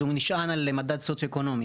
הוא נשען על מדד סוציואקונומי,